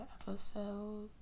episode